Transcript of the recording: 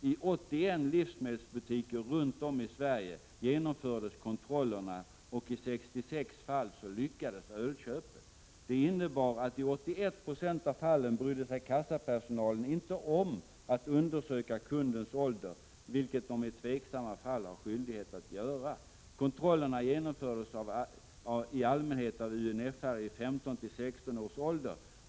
I 81 livsmedelsbutiker runt om i Sverige genomfördes kontrollerna, och i 66 fall lyckades ölköpet. Det innebar att i 81 96 av fallen brydde sig kassapersonalen inte om att undersöka kundens ålder, vilket de i tveksamma fall har skyldighet att göra. Kontrollerna genomfördes i allmänhet av UNF-are i 15-16-årsåldern.